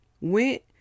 Went